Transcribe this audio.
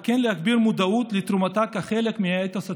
וכן להגביר מודעות לתרומתה כחלק מהאתוס הציוני.